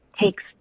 takes